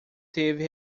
teve